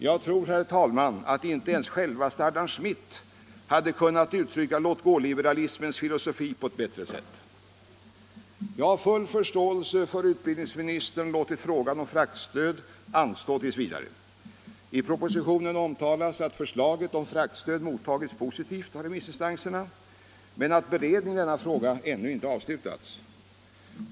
Jag tror, herr talman, att inte ens självaste Adam Smith hade kunnat uttrycka låt-gå-liberalismens filosofi på ett bättre sätt Jag har full förståelse för att utbildningsministern låtit frågan om fraktstöd anstå tills vidare. I propositionen omtalas att förslaget om fraktstöd mottagits positivt av remissinstanserna men att beredningen av denna fråga ännu inte avslutats.